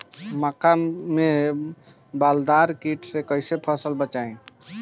मक्का में बालदार कीट से कईसे फसल के बचाई?